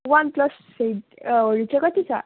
one plus हरू चाहिँ कति छ